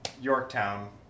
Yorktown